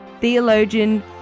theologian